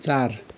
चार